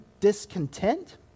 discontent